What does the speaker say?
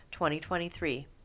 2023